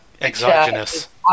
Exogenous